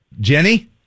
Jenny